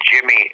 Jimmy